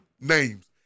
names